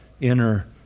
inner